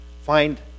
find